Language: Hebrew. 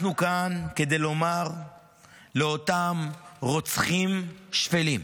אנחנו כאן כדי לומר לאותם רוצחים שפלים: